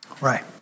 Right